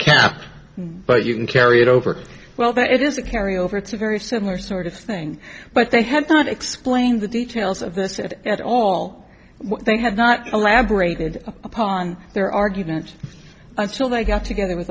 cap but you can carry it over well that is a carry over to a very similar sort of thing but they have not explained the details of this if at all they have not elaborated upon their argument until they got together with